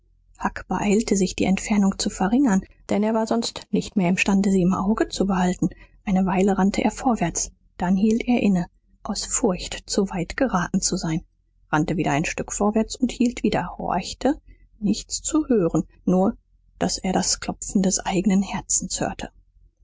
huck beeilte sich die entfernung zu verringern denn er war sonst nicht mehr imstande sie im auge zu behalten eine weile rannte er vorwärts dann hielt er inne aus furcht zu weit geraten zu sein rannte wieder ein stück vorwärts und hielt wieder horchte nichts zu hören nur daß er das klopfen des eigenen herzens hörte